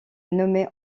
nommé